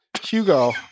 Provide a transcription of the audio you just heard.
Hugo